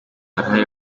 arahari